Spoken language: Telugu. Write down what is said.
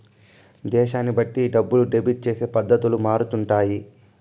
దేశాన్ని బట్టి డబ్బుని డెబిట్ చేసే పద్ధతులు మారుతుంటాయి